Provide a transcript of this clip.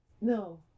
No